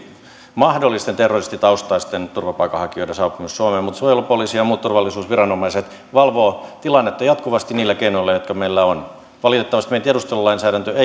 mahdollisten terroristitaustaisten turvapaikanhakijoiden saapumisesta suomeen mutta suojelupoliisi ja muut turvallisuusviranomaiset valvovat tilannetta jatkuvasti niillä keinoilla jotka meillä on valitettavasti meidän tiedustelulainsäädäntömme